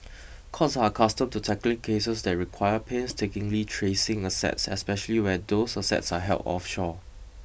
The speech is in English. courts are accustomed to tackling cases that require painstakingly tracing assets especially where those assets are held offshore